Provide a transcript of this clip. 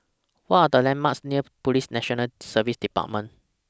What Are The landmarks near Police National Service department